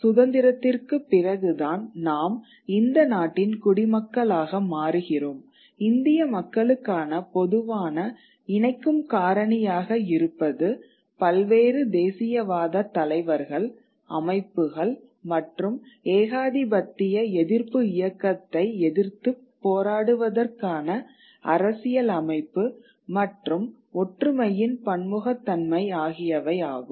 சுதந்திரத்திற்குப் பிறகு தான் நாம் இந்த நாட்டின் குடிமக்களாக மாறுகிறோம் இந்திய மக்களுக்கான பொதுவான இணைக்கும் காரணியாக இருப்பதுபல்வேறு தேசியவாத தலைவர்கள் அமைப்புகள் மற்றும் ஏகாதிபத்திய எதிர்ப்பு இயக்கத்தை எதிர்த்துப் போராடுவதற்கான அரசியல் அமைப்பு மற்றும் ஒற்றுமையின் பன்முகத்தன்மை ஆகியவை ஆகும்